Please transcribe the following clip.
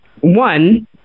one